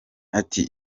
ati